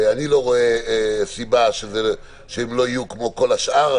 אני לא רואה סיבה שהם לא יהיו כמו כל השאר.